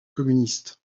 communiste